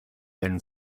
then